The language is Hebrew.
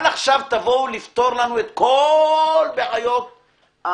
אל תבואו לפתור לנו את כל הבעיות .